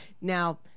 Now